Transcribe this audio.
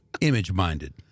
image-minded